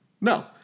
No